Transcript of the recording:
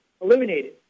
eliminated